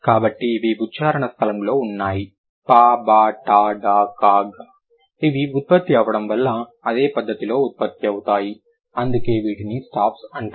కాబట్టి ఇవి ఉచ్చారణ స్థలంలో ఉన్నాయి pa ba ta da ka ga ఇవి ఉత్పత్తి అవడం వల్ల అదే పద్ధతిలో ఉత్పత్తి అవుతాయి అందుకే వీటిని స్టాప్స్ అంటాం